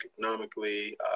economically